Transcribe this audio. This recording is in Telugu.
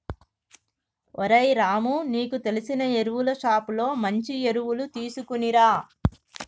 ఓరై రాము నీకు తెలిసిన ఎరువులు షోప్ లో మంచి ఎరువులు తీసుకునిరా